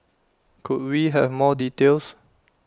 could we have more details